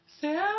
Sam